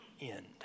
end